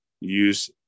Use